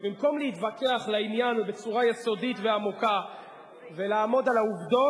במקום להתווכח לעניין ובצורה יסודית ועמוקה ולעמוד על העובדות,